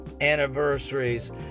anniversaries